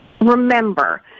Remember